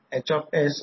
तर हा प्रॉब्लेम आहे